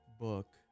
book